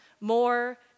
more